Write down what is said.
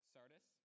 Sardis